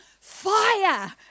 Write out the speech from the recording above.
fire